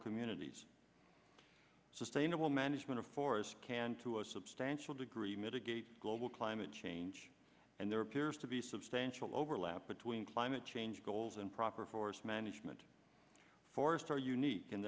communities sustainable management of forest can to a substantial degree mitigate global climate change and there appears to be substantial overlap between climate change goals and proper forest management forest are unique